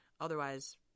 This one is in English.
otherwise